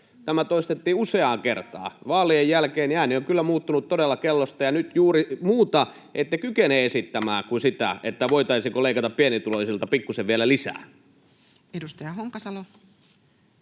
Tämä toistettiin useaan kertaan. Vaalien jälkeen ääni on kyllä todella muuttunut kellossa, ja nyt juuri muuta ette kykene esittämään kuin sitä, voitaisiinko leikata pienituloisilta pikkuisen vielä lisää. [Speech 83]